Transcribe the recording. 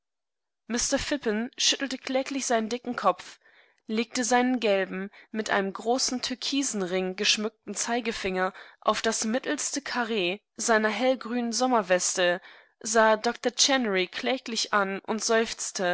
phippen schüttelte kläglich seinen dicken kopf legte seinen gelben mit einem großen türkisenring geschmückten zeigefinger auf das mittelste quarr seiner hellgrünen sommerweste sah doktor chennery kläglich an und seufzte